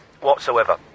whatsoever